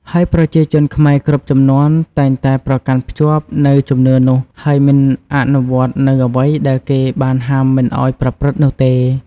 ហើយប្រជាជនខ្មែរគ្រប់ជំនាន់តែងតែប្រកាន់ភ្ជាប់នូវជំនឿនោះ ហើយមិនអនុវត្តនូវអ្វីដែលគេបានហាមមិនអោយប្រព្រឺត្តនោះទេ។